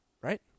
Right